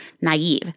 naive